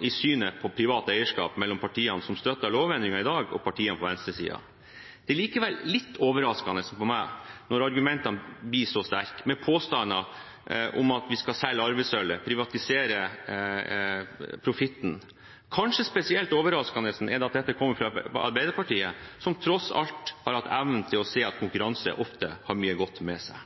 i synet på privat eierskap mellom partiene som støtter lovendringen i dag, og partiene på venstresiden. Det er likevel litt overraskende for meg når ordlyden i argumentene blir så sterk, med påstander om at vi skal selge arvesølvet og privatisere profitten. Kanskje spesielt overraskende er det at dette kommer fra Arbeiderpartiet, som tross alt har hatt evnen til å se at konkurranse ofte har mye godt med seg.